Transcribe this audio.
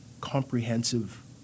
comprehensive